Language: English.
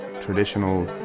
Traditional